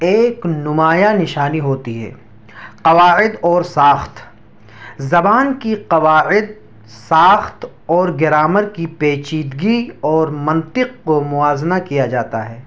ایک نمایاں نشانی ہوتی ہے قواعد اور ساخت زبان کی قواعد ساخت اور گرامر کی پیچیدگی اور منطق کو موازنہ کیا جاتا ہے